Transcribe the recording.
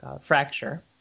Fracture